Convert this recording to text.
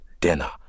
dinner